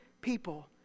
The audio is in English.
people